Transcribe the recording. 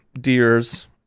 deers